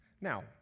Now